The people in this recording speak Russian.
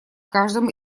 каждом